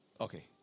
Okay